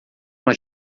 uma